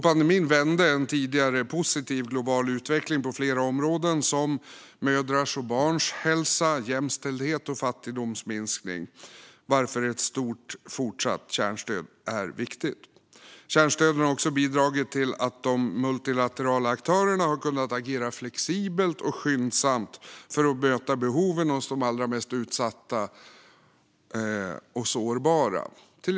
Pandemin vände en tidigare positiv global utveckling på flera områden, som mödrars och barns hälsa, jämställdhet och fattigdomsminskning, varför ett fortsatt stort kärnstöd är viktigt. Kärnstöden har också bidragit till att de multilaterala aktörerna har kunnat agera flexibelt och skyndsamt för att möta behoven hos de allra mest utsatta och sårbara.